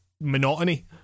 monotony